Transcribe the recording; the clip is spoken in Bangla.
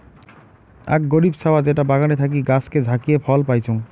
আক গরীব ছাওয়া যেটা বাগানে থাকি গাছকে ঝাকিয়ে ফল পাইচুঙ